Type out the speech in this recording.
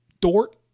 Dort